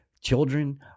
children